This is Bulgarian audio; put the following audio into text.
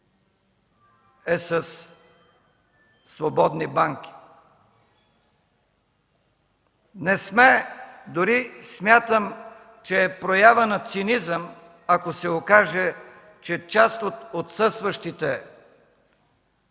е със свободни банки. Не сме! Дори смятам, че е проява на цинизъм, ако се окаже, че част от отсъстващите